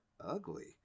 ugly